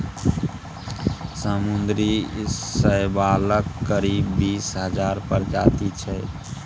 समुद्री शैवालक करीब बीस हजार प्रजाति छै